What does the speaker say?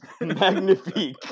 magnifique